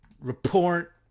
Report